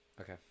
okay